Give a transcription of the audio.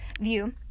view